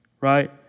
right